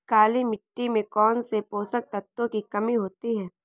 काली मिट्टी में कौनसे पोषक तत्वों की कमी होती है?